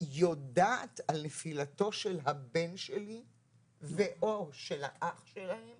יודעת על נפילתו של הבן שלי ו/או של האח שלהם